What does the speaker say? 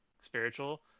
spiritual